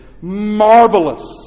marvelous